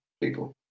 people